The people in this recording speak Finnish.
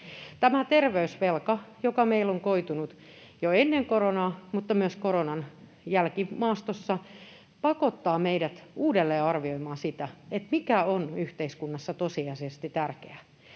Tämä terveysvelka, joka meille on koitunut jo ennen koronaa mutta myös koronan jälkimaastossa, pakottaa meidät uudelleenarvioimaan sitä, mikä on yhteiskunnassa tosiasiallisesti tärkeää.